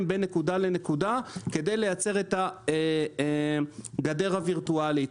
בין נקודה לנקודה כדי לייצר את הגדר הווירטואלית.